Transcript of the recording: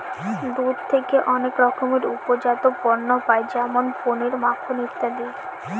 দুধ থেকে অনেক রকমের উপজাত পণ্য পায় যেমন পনির, মাখন ইত্যাদি